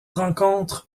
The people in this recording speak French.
rencontre